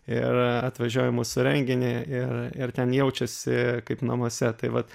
ir atvažiuoja į mūsų renginį ir ir ten jaučiasi kaip namuose tai vat